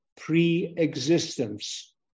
pre-existence